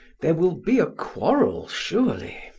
there will be a quarrel surely.